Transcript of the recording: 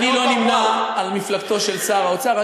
אני לא נמנה עם מפלגתו של שר האוצר.